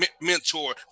mentor